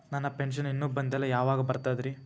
ನನ್ನ ಪೆನ್ಶನ್ ಇನ್ನೂ ಬಂದಿಲ್ಲ ಯಾವಾಗ ಬರ್ತದ್ರಿ?